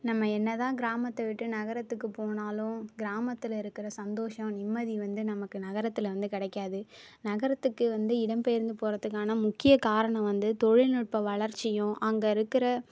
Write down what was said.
நம்ம என்னதான் கிராமத்தை விட்டு நகரத்துக்கு போனாலும் கிராமத்தில் இருக்கிற சந்தோஷம் நிம்மதி வந்து நமக்கு நகரத்தில் வந்து கிடைக்காது நகரத்துக்கு வந்து இடம் பெயர்ந்து போகிறதுக்கான முக்கிய காரணம் வந்து தொழில்நுட்ப வளர்ச்சியும் அங்கே இருக்கிற